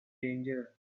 danger